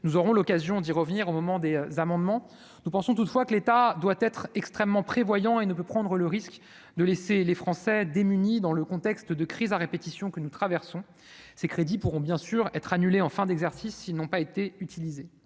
nous aurons l'occasion d'y revenir au moment des amendements, nous pensons toutefois que l'État doit être extrêmement prévoyant et ne peut prendre le risque de laisser les Français démunis dans le contexte de crises à répétition que nous traversons, ces crédits pourront bien sûr être annulée en fin d'exercice, ils n'ont pas été utilisées